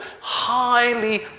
Highly